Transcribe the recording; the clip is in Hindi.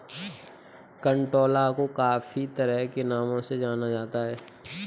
कंटोला को काफी तरह के नामों से जाना जाता है